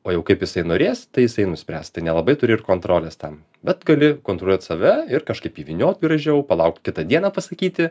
o jau kaip jisai norės tai jisai nuspręs tai nelabai turi ir kontrolės tam bet gali kontroliuot save ir kažkaip įvyniot gražiau palaukt kitą dieną pasakyti